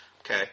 Okay